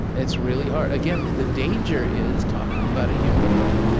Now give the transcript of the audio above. it's really hard. again, the danger is talking about a human being.